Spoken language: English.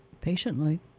patiently